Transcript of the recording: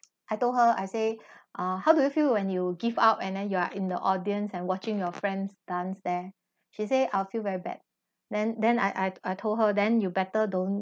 I told her I say uh how do you feel when you give up and then you are in the audience and watching your friends dance there she said I'll feel very bad then then I I told her then you better don't